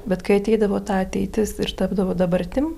bet kai ateidavo ta ateitis ir tapdavo dabartim